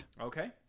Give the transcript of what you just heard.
Okay